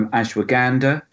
ashwagandha